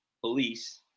police